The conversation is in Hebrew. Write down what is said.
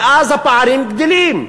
ואז הפערים גדלים.